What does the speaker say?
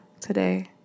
today